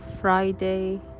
Friday